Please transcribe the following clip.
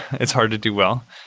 it's hard to do well.